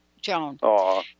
Joan